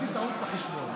עשית טעות בחשבון.